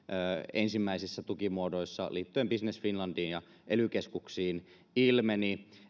ensimmäisissä tukimuodoissa liittyen business finlandiin ja ely keskuksiin ilmeni